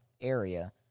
area